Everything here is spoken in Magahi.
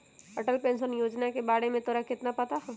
अटल पेंशन योजना के बारे में तोरा कितना पता हाउ?